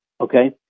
Okay